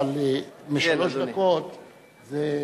אבל משלוש דקות זה,